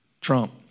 Trump